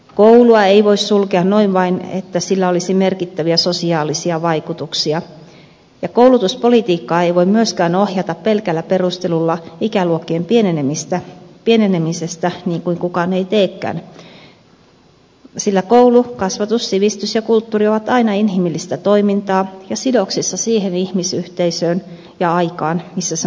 koulua ei voi sulkea noin vain ilman että sillä olisi merkittäviä sosiaalisia vaikutuksia ja koulutuspolitiikkaa ei voi myöskään ohjata pelkällä perustelulla ikäluokkien pienenemisestä niin kuin kukaan ei teekään sillä koulu kasvatus sivistys ja kulttuuri ovat aina inhimillistä toimintaa ja sidoksissa siihen ihmisyhteisöön ja aikaan missä ne ovat olemassa